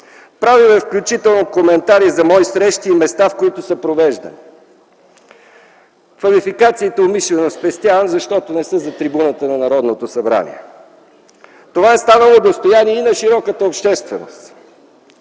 Правил е включително коментари за мои срещи и места, където са проведени. Квалификациите умишлено спестявам, защото не са за трибуната на Народното събрание. Това е станало достояние и на широката общественост.